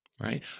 Right